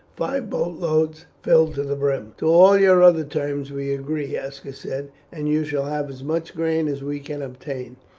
five boat loads filled to the brim. to all your other terms we agree, aska said and you shall have as much grain as we can obtain.